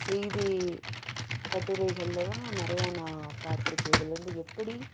செய்தி கட்டுரைகள்லலாம் நிறையா நான் பார்த்துருக்கேன் இதுலந்து எப்புடி